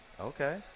Okay